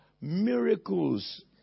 miracles